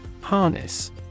Harness